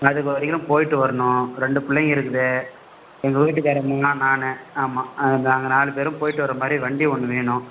அதுக்கு வரையிலும் போய்ட்டு வரனும் ரெண்டு பிள்ளைங்க இருக்குது எங்கள் வீட்டுக்காரம்மா நான் ஆமாம் அதான் நாங்கள் நாலு பேரும் போய்ட்டு வர மாதிரி வண்டி ஒன்று வேணும்